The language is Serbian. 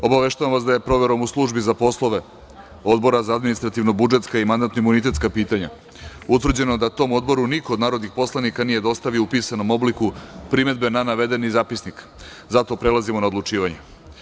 Obaveštavam vas da je proverom u službi za poslove Odbora za administrativno budžetska i mandatno imunitetska pitanja utvrđeno da tom Odboru niko od narodnih poslanika nije dostavio u pisanom obliku primedbe na navedeni Zapisnik, zato prelazimo na odlučivanje.